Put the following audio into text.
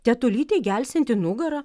tetulytei gelsianti nugarą